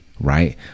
right